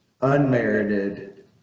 unmerited